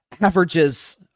averages